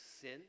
sin